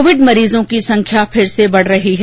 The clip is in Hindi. कोविड मरीजों की संख्या फिर से बढ़ रही है